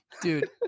Dude